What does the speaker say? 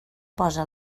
posa